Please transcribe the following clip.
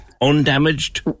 undamaged